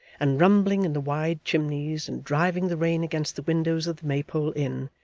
and rumbling in the wide chimneys and driving the rain against the windows of the maypole inn,